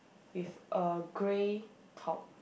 with a grey top